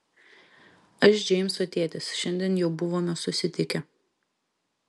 aš džeimso tėtis šiandien jau buvome susitikę